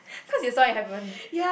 so you saw it happen